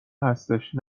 هستش